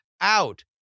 out